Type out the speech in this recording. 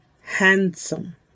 handsome